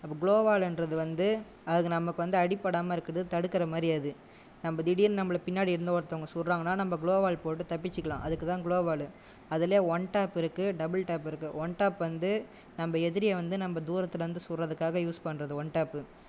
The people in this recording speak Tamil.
அப்போ க்லோவால் என்றது வந்து அதுக்கு நமக்கு அடிப்படாமல் இருக்கறத்துக்கு வந்து தடுக்கிற மாதிரி அது நம்ம திடீர்னு நம்மளை பின்னாடி இருந்த ஒருத்தங்க சுடுறாங்கன்னா நம்ம க்கலோவால் போட்டு தப்பித்துக்கலாம் அதுக்கு தான் க்லோவால் அதிலேயே ஒன் டாப் இருக்கு டபுள் டாப் இருக்கு ஒன் டாப் வந்து நம்ம எதிரியை வந்து நம்ம தூரத்தில் இருந்து சுடுறதுக்காக யூஸ் பண்ணுறது ஒன் டாப்